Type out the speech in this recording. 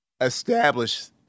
establish